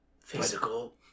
physical